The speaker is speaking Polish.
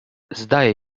zdaje